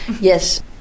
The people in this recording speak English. yes